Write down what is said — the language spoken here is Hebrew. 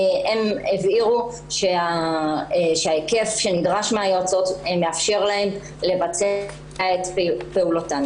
הם הבהירו שההיקף שנדרש מן היועצות מאפשר להן לבצע את פעולתן.